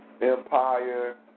Empire